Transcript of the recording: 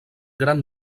gran